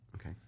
Okay